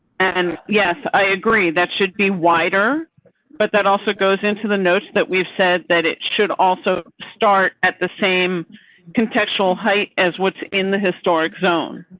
and, yes, i agree that should be wider but that also goes into the notes that we've said that it should also start at the same contextual height as what's in the historic zone.